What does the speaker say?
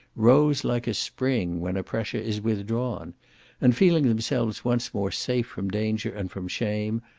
rose like a spring when a pressure is withdrawn and feeling themselves once more safe from danger and from shame,